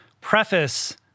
preface